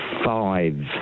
Five